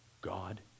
God